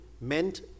meant